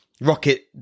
Rocket